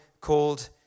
called